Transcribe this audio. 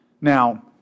Now